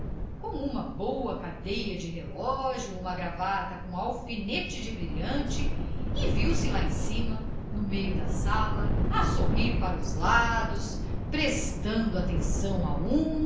com uma boa cadeia de relógio uma gravata com alfinete de brilhantes e viu-se lá em cima no meio da sala a sorrir para os lados prestando atenção a